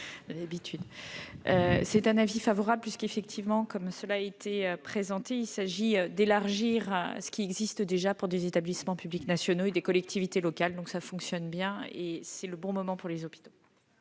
est l'avis du Gouvernement ? Cela a été dit, il s'agit d'élargir ce qui existe déjà pour des établissements publics nationaux et des collectivités locales. Cela fonctionne bien, et c'est le bon moment pour les hôpitaux.